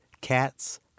Cats